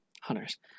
Hunters